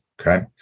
Okay